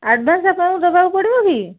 advance ଆପଣଙ୍କୁ ଦେବାକୁ ପଡ଼ିବ କି